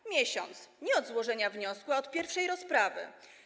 To miesiąc - nie od złożenia wniosku, a od pierwszej rozprawy.